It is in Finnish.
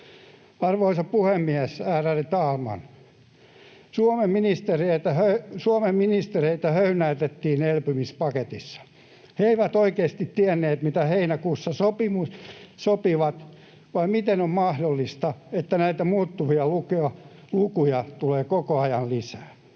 Arvoisa puhemies, ärade talman! Suomen ministereitä höynäytettiin elpymispaketissa. He eivät oikeasti tienneet, mitä heinäkuussa sopivat, vai miten on mahdollista, että näitä muuttuvia lukuja tulee koko ajan lisää?